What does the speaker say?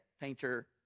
painter